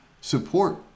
support